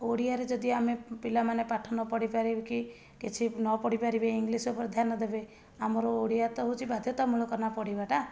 ଓଡ଼ିଆରେ ଯଦି ଆମେ ପିଲାମାନେ ପାଠପଢ଼ି ନ ପାରିକି କିଛି ନ ପଢ଼ି ପାରିବେ ଇଂଲିଶ ଉପରେ ଧ୍ୟାନ ଦେବେ ଆମର ଓଡ଼ିଆ ତ ହେଉଛି ବାଧ୍ୟତାମୂଳକ ନା ପଢ଼ିବାଟା